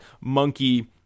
monkey